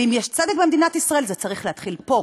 ואם יש צדק במדינת ישראל, זה צריך להתחיל פה.